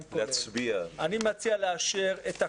אני מציע לאשר את הכול,